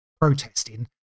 protesting